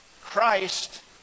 Christ